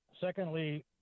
secondly